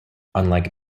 unlike